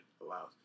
allows